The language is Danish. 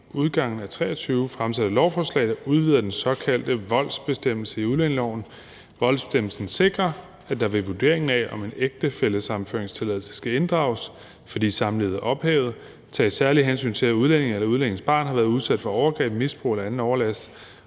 udgangen af 2023 fremsætter et lovforslag, der udvider den såkaldte voldsbestemmelse i udlændingeloven; voldsbestemmelsen sikrer, at der ved vurderingen af, om en ægtefællesammenføringstilladelse skal inddrages, fordi samlivet er ophævet, tages særlige hensyn til, at udlændingen eller udlændingens barn har været udsat for overgreb, misbrug eller anden overlast,